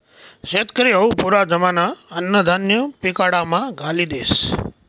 शेतकरी हावू पुरा जमाना अन्नधान्य पिकाडामा घाली देस